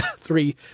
three